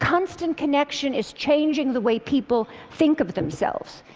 constant connection is changing the way people think of themselves.